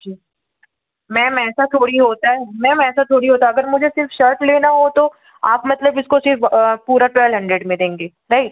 जी ma'am ऐसा थोड़ी होता है मैम ऐसा थोड़ी होता है अगर मुझे सिर्फ़ शर्ट लेना हो तो आप मतलब इसको सिर्फ़ पूरे ट्वेल्व हंड्रेड में देंगी राइट